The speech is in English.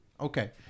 Okay